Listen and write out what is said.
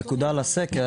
נקודה לגבי הסקר,